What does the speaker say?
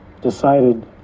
decided